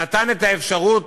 נתן את האפשרות